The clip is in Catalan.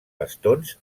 bastons